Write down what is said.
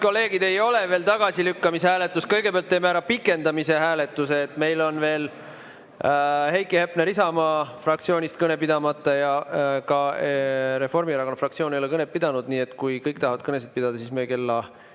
kolleegid, ei ole veel tagasilükkamise hääletus. Kõigepealt teeme ära pikendamise hääletuse. Meil on veel Heiki Hepneril Isamaa fraktsioonist kõne pidamata ja ka Reformierakonna fraktsioon ei ole kõnet pidanud. Kui kõik tahavad kõnesid pidada, siis me kella